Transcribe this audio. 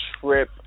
Trip